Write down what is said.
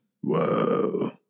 Whoa